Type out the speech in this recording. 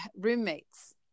roommates